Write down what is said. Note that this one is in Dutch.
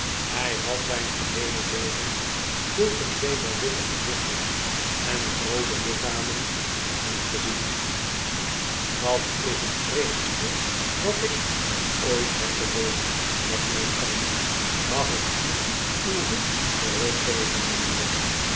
hij had zijn geheele leven zulk een zeevan witte gezichten en roode lichamen nog niet gezien dat is het vreemdste wat ik nog ooit heb beleefd dacht mijn oom mag ik u uw hoed teruggeven mijnheer